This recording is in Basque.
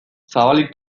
zabalik